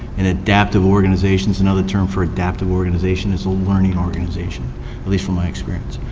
and adaptive organization is another term for adaptive organization is a learning organization, at least from my experience.